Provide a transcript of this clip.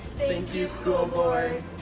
thank you school board.